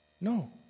No